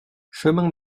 chemin